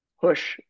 push